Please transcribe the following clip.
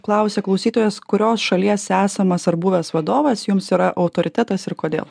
klausia klausytojas kurios šalies esamas ar buvęs vadovas jums yra autoritetas ir kodėl